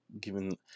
given